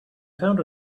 found